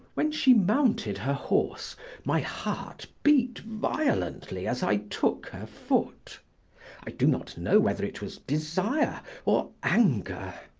when she mounted her horse my heart beat violently as i took her foot i do not know whether it was desire or anger.